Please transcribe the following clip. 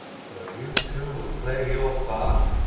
so you too will play your part.